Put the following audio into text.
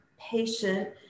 patient